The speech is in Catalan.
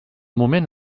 moment